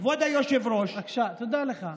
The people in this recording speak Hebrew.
כבוד היושב-ראש, תודה לך.